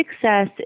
success